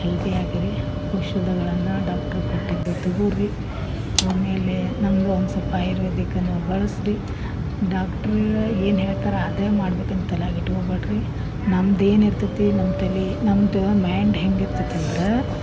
ಹೆಲ್ದಿಯಾಗಿರಿ ಔಷಧಿಗಳನ್ನು ಡಾಕ್ಟ್ರು ಕೊಟ್ಟಿದ್ ತಗೋರಿ ಆಮೇಲೆ ನಮ್ದು ಒಂದು ಸ್ವಲ್ಪ ಆಯುರ್ವೇದಿಕ್ಕನ್ನು ಬಳಸ್ರಿ ಡಾಕ್ಟ್ರು ಏನು ಹೇಳ್ತಾರೆ ಅದೇ ಮಾಡಬೇಕು ಅಂತ ತಲೆಯಾಗೆ ಇಟ್ಕೊಬ್ಯಾಡ್ರಿ ನಮ್ದೇನು ಇರ್ತತ್ತಿ ನಮ್ಮ ತಲೆ ನಮ್ದು ಮ್ಯಾಂಡ್ ಹೆಂಗಿರ್ತತಂದ್ರೆ